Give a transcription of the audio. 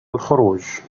الخروج